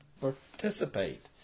participate